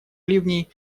ливней